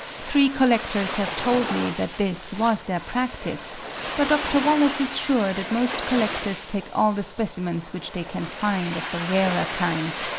three collectors have told me that this was their practice but dr. wallace is sure that most collectors take all the specimens which they can find of the rarer kinds,